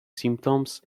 symptoms